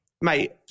Mate